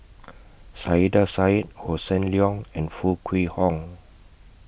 Saiedah Said Hossan Leong and Foo Kwee Horng